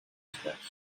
scratch